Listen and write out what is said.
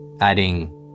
adding